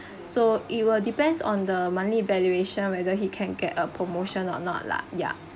so it will depends on the monthly evaluation whether he can get a promotion or not lah ya